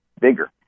bigger